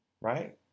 Right